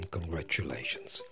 Congratulations